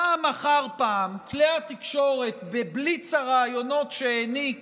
פעם אחר פעם כלי התקשורת, בבליץ הרעיונות שהעניק